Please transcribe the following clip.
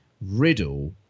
riddle